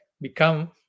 become